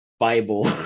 bible